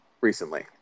recently